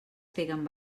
peguen